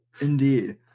indeed